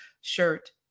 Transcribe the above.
shirt